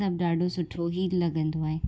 सभु ॾाढो सुठो ई लॻंदो आहे